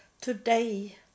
today